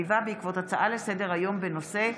בעקבות דיון בהצעה לסדר-היום של חברת הכנסת גילה גמליאל בנושא: